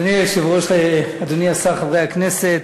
אדוני היושב-ראש, אדוני השר, חברי הכנסת,